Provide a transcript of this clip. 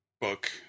book